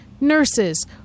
nurses